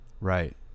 Right